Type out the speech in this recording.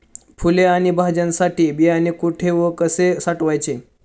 फुले आणि भाज्यांसाठी बियाणे कुठे व कसे साठवायचे?